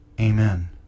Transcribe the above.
Amen